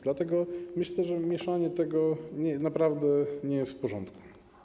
Dlatego myślę, że mieszanie tego naprawdę nie jest w porządku.